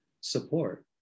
support